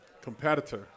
competitor